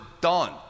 done